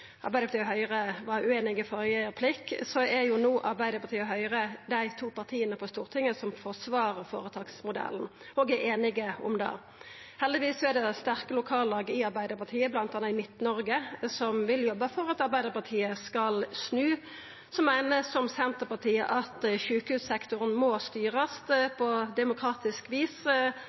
Arbeidarpartiet og Høgre var ueinige i førre replikk, er Arbeidarpartiet og Høgre no dei to partia på Stortinget som forsvarer føretaksmodellen og er einige om det. Heldigvis er det sterke lokallag i Arbeidarpartiet, bl.a. i Midt-Noreg, som vil jobba for at Arbeidarpartiet skal snu, som meiner, som Senterpartiet, at sjukehussektoren må styrast på demokratisk vis